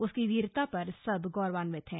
उसकी वीरता पर सब गौर्वान्वित हैं